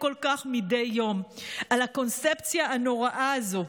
כל כך מדי יום על הקונספציה הנוראה הזו.